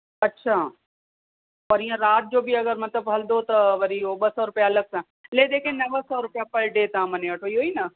अच्छा और हींअर राति जो बि अगरि मतलबु हलंदो त वरी सौ ॿ सौ रुपया अलॻि सां ले देके नव सौ रुपया पर डे तव्हां मञी वठो इहो ई न